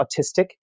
autistic